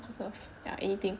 cause of ya anything